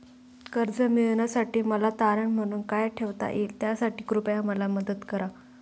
कर्ज मिळविण्यासाठी मला तारण म्हणून काय ठेवता येईल त्यासाठी कृपया मला मदत करा